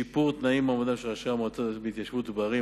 שיפור תנאיהם ומעמדם של ראשי המועצות הדתיות בהתיישבות ובערים.